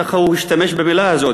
כך הוא השתמש במילה הזאת,